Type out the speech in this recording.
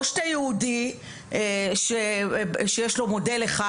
או שאתה יהודי שיש לו מודל אחד